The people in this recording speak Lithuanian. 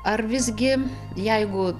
ar visgi jeigu